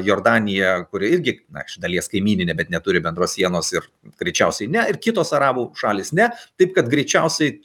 jordanija kuri irgi na iš dalies kaimyninė bet neturi bendros sienos ir greičiausiai ne ir kitos arabų šalys ne taip kad greičiausiai